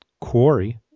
quarry